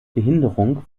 behinderung